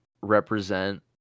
represent